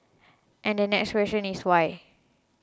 and the next question is why